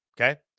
okay